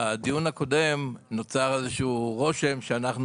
בדיון הקודם נוצר איזה שהוא רושם שאנחנו